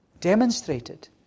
Demonstrated